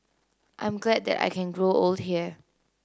I'm glad that I can grow old here